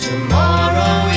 Tomorrow